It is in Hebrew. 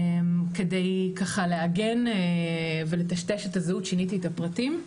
כדי ככה להגן ולטשטש את הזהות שינית את הפרטים,